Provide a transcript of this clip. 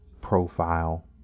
profile